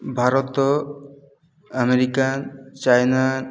Bharat America China